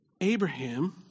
Abraham